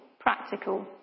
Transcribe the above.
practical